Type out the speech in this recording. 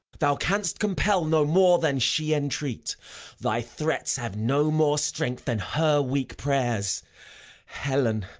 thou canst compel no more than she entreat thy threats have no more strength than her weak prayers helen,